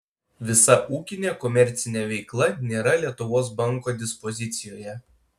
visa ūkinė komercinė veikla nėra lietuvos banko dispozicijoje